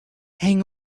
hang